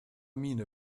miene